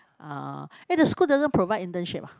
ah eh the school doesn't provide internship ah